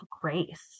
grace